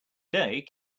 day